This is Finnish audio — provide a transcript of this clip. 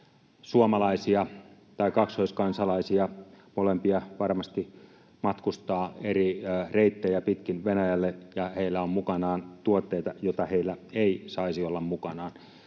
suomalaisia tai kaksoiskansalaisia, molempia varmasti, matkustaa eri reittejä pitkin Venäjälle ja heillä on mukanaan tuotteita, joita heillä ei saisi olla mukanaan.